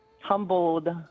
humbled